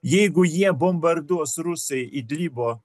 jeigu jie bombarduos rusai idlibo